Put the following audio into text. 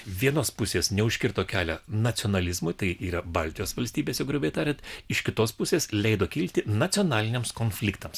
vienos pusės neužkirto kelio nacionalizmui tai yra baltijos valstybėse grubiai tariant iš kitos pusės leido kilti nacionaliniams konfliktams